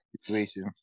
situation